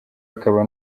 akaba